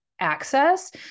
access